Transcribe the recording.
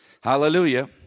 Hallelujah